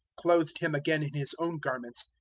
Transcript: clothed him again in his own garments,